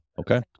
Okay